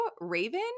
Raven